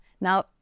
Now